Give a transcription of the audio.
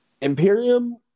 Imperium